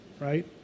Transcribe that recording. right